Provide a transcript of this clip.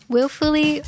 Willfully